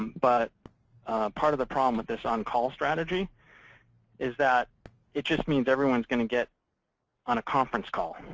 but part of the problem with this on-call strategy is that it just means everyone's going to get on a conference call.